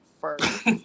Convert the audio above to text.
first